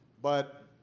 but